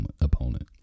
opponent